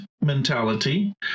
mentality